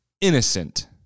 innocent